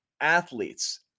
athletes